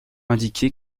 indiqué